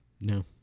No